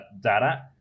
data